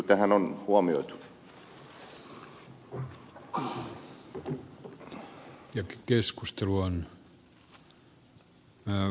kyllä tässä tämä on huomioitu